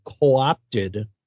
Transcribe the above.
co-opted